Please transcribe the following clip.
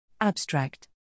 Abstract